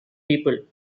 people